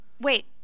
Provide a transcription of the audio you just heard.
Wait